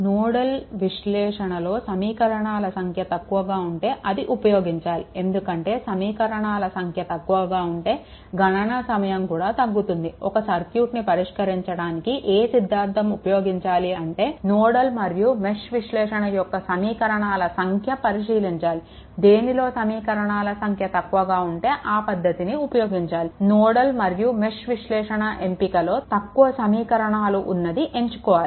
nodal విశ్లేషణలో సమీకరణాల సంఖ్య తక్కువగా ఉంటే అది ఉపయోగించాలి ఎందుకంటే సమీకరణాల సంఖ్య తక్కువగా ఉంటే గణన సమయం కూడా తగ్గుతుంది ఒక సర్క్యూట్ని పరిష్కరించడానికి ఏ సిద్ధాంతం ఉపయోగించాలి అంటే నోడల్ మరియు మెష్ విశ్లేషణ యొక్క సమీకరణాల సంఖ్యను పరిశీలించాలి దేనిలో సమీకరణాల సంఖ్య తక్కువగా ఉంటే ఆ పద్ధతిని ఉపయోగించాలి నోడల్ మరియు మెష్ విశ్లేషణ ఎంపికలో తక్కువ సమీకరణలు ఉన్నది ఎంచుకోవాలి